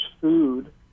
food